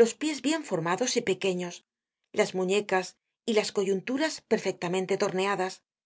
los pies bien formados y pequeños las muñecas y las coyunturas perfectamente torneadas